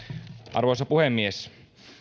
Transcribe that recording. arvoisa puhemies